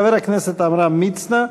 חבר הכנסת עמרם מצנע,